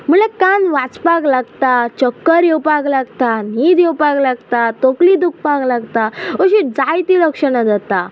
म्हणल्यार कान वाजपाक लागता चक्कर येवपाक लागता न्हीद येवपाक लागता तकली दुखपाक लागता अशी जायती लक्षणां जाता